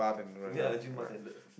ya gym bartender